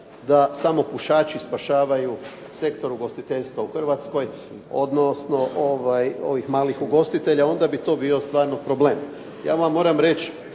da samo pušači spašavaju sektor ugostiteljstva u Hrvatskoj, odnosno ovih malih ugostitelja, onda bi to bio stvarno problem. Ja vam moram reći